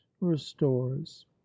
restores